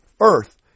earth